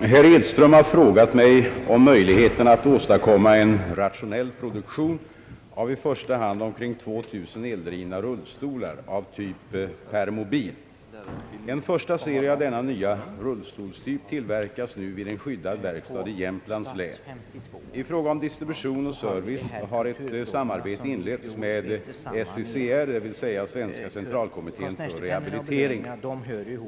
Herr Edström har frågat mig om möjligheterna att åstadkomma en rationell produktion av i första hand omkring 2000 eldrivna rullstolar av typ Permobil. En första serie av denna nya rullstolstyp tillverkas nu vid en skyddad verkstad i Jämtlands län. I fråga om distribution och service har ett samarbete inletts med SVCR, d. v. s. Svenska centralkommittén för rehabilitering.